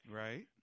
right